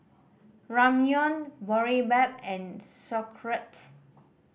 Ramyeon Boribap and Sauerkraut